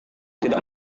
tidak